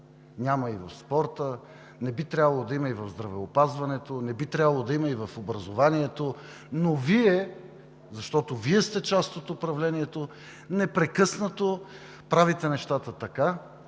Няма и в спорта, не би трябвало да има и в здравеопазването, не би трябвало да има и в образованието, но Вие, защото Вие сте част от управлението, непрекъснато правите нещата така,